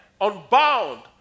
unbound